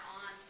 on